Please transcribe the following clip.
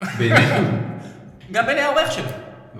באמת. -גם בלי העורך שלו.